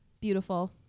Beautiful